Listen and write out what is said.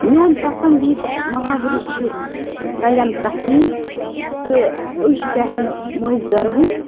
میوٗن پَسنٛدیدہ محاورٕ چھُ کَلیٚن کَتھہٕ یِنۍ تہٕ أچھ پٮ۪ٹھ نہٕ مٔچھۍ زَروٕنۍ